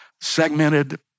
segmented